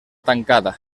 tancada